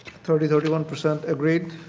thirty, thirty one percent agreed